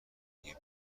دیگه